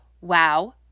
Wow